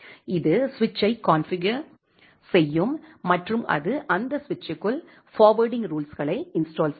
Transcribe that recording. இது சுவிட்சை கான்ஃபிகர் செய்யும் மற்றும் அது அந்த சுவிட்சுக்குள் ஃபார்வேர்ட்டிங் ரூல்ஸ்களை இன்ஸ்டால் செய்யும்